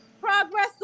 progress